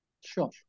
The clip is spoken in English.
Sure